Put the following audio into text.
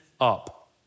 up